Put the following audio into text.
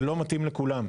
זה לא מתאים לכולם.